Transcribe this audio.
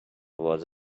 was